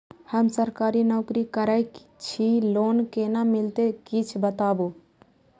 हम सरकारी नौकरी करै छी लोन केना मिलते कीछ बताबु?